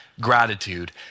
gratitude